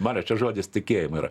mariau čia žodis tikėjimo yra